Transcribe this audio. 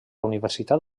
universitat